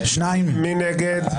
מי נגד?